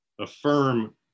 affirm